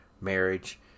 marriage